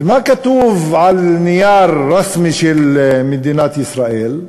ומה כתוב על נייר רשמי של מדינת ישראל?